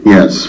Yes